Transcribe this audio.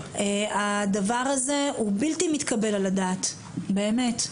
הדבר הזה הוא בלתי מתקבל על הדעת, באמת.